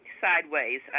sideways